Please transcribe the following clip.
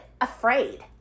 afraid